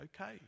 okay